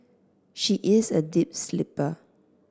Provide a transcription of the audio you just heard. she is a deep sleeper